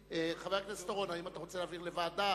חבר הכנסת אורון, האם אתה רוצה להעביר לוועדה?